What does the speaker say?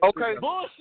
Okay